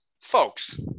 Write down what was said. folks